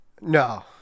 no